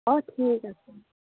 অঁ ঠিক আছে